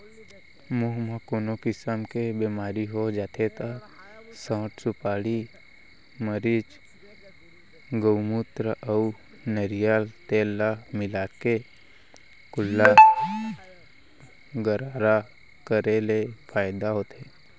मुंह म कोनो किसम के बेमारी हो जाथे त सौंठ, सुपारी, मरीच, गउमूत्र अउ नरियर तेल ल मिलाके कुल्ला गरारा करे ले फायदा होथे